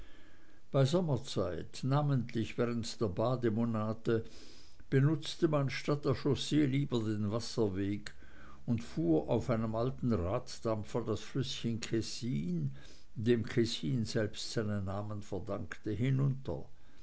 bei sommerzeit namentlich während der bademonate benutzte man statt der chaussee lieber den wasserweg und fuhr auf einem alten raddampfer das flüßchen kessine dem kessin selbst seinen namen verdankte hinunter